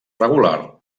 regular